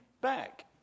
back